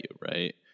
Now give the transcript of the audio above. right